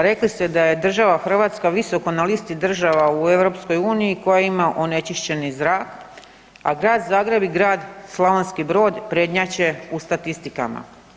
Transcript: Rekli ste da je država Hrvatska visoko na listi država u EU koja ima onečišćeni zrak, a grad Zagreb i grad Slavonski Brod prednjače u statistikama.